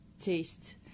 taste